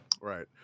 Right